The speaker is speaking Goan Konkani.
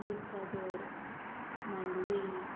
दुदसागर मांडवी